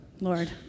Lord